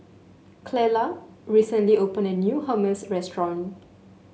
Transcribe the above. Clella recently opened a new Hummus restaurant